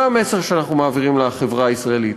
מה המסר שאנחנו מעבירים לחברה הישראלית?